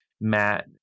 Matt